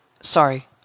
sorry